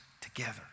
together